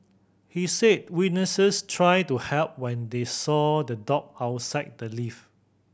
he said witnesses tried to help when they saw the dog outside the lift